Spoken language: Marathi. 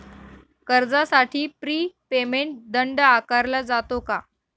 कर्जासाठी प्री पेमेंट दंड आकारला जातो का?